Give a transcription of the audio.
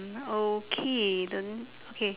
mm okay then okay